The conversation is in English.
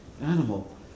animal